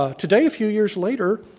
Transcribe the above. today, a few years later,